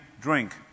drink